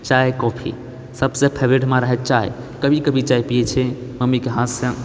चाय कॉफी सबसँ फेवरेट हमार हय चाय कभी कभी चाय पियै छियै मम्मीके हाथसँ